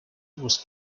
was